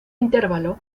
intervalo